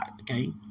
Okay